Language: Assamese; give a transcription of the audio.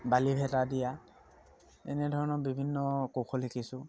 বালি ভেটা দিয়া এনেধৰণৰ বিভিন্ন কৌশল শিকিছোঁ